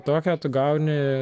tokią o tu gauni